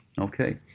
Okay